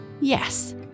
Yes